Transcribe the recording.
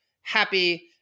happy